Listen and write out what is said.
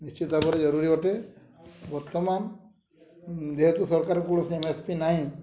ନିଶ୍ଚିତ ଭାବରେ ଜରୁରୀ ଅଟେ ବର୍ତ୍ତମାନ ଯେହେତୁ ସରକାର କୌଣସି ଏମ୍ ଏସ୍ ପି ନାହିଁ